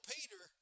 Peter